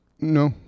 No